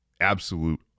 absolute